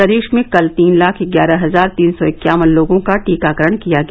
प्रदेश में कल तीन लाख ग्यारह हजार तीन सौ इक्यावन लोगों का टीकाकरण किया गया